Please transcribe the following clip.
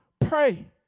Pray